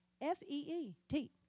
F-E-E-T